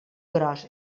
gros